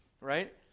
Right